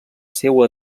seua